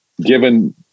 given